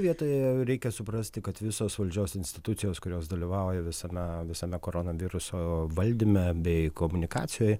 vietoje reikia suprasti kad visos valdžios institucijos kurios dalyvauja visame visame koronaviruso valdyme bei komunikacijoj